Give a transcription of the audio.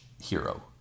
hero